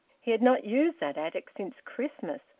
he had not used that attic since christmas,